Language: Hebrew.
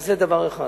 זה דבר אחד.